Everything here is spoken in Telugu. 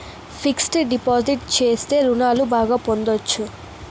ఫిక్స్డ్ డిపాజిట్ చేస్తే రుణాలు బాగా పొందొచ్చు